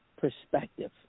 perspective